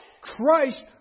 Christ